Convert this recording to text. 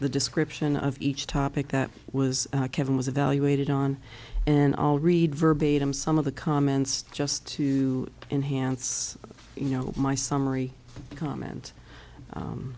the description of each topic that was kevin was evaluated on and all read verbatim some of the comments just to enhance you know my summary comment